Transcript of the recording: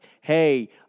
hey